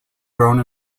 grown